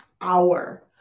hour